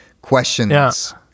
questions